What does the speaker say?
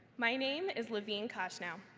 my name is laveen khoshnaw.